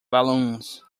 balloons